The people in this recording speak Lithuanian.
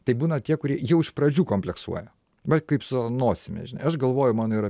tai būna tie kurie jau iš pradžių kompleksuoja va kaip su nosimi žinai aš galvoju mano yra